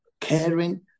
caring